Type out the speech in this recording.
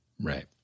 Right